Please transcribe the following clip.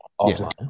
Offline